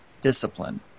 discipline